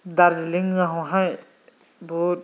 दार्जिलिंआवहाय बुहुद